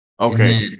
Okay